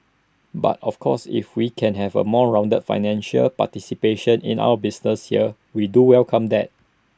but of course if we can have A more rounded financial participation in our business here we do welcome that